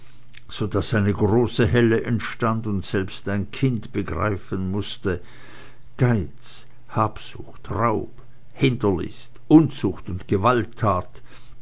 so daß eine große helle entstand und selbst ein kind begreifen mußte geiz habsucht raub hinterlist unzucht und gewalttat